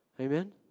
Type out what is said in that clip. Amen